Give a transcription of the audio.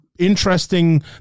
interesting